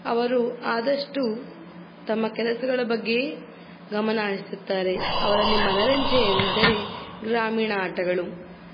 ಅವರು ಆದಷ್ಟು ತಮ್ಮ ಕೆಲಸಗಳ ಬಗ್ಗೆಯೇ ಗಮನ ಹರಿಸುತ್ತಾರೆ ಅವರಲ್ಲಿ ಮನರಂಜ್ನೆ ಎಂದರೆ ಗ್ರಾಮೀಣ ಆಟಗಳು